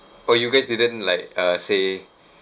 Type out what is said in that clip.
orh you guys didn't like uh say